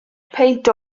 peint